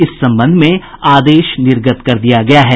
इस संबंध में आदेश निर्गत कर दिया गया है